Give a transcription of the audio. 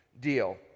deal